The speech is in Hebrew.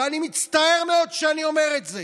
ואני מצטער מאוד שאני אומר את זה.